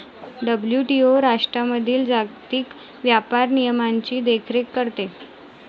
WTO राष्ट्रांमधील जागतिक व्यापार नियमांची देखरेख करते